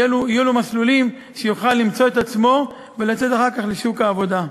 יהיו לו מסלולים והוא יוכל למצוא את עצמו ולצאת אחר כך לשוק העבודה.